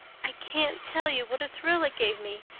i can't tell you what a thrill it gave me.